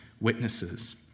witnesses